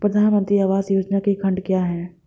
प्रधानमंत्री आवास योजना के खंड क्या हैं?